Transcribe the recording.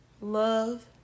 love